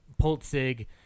Poltzig